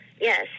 yes